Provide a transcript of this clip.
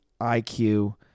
IQ